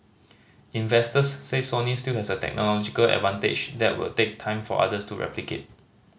investors say Sony still has a technological advantage that will take time for others to replicate